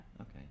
Okay